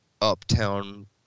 uptown